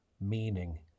meaning